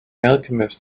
alchemist